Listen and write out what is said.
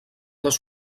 les